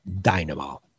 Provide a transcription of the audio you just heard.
dynamo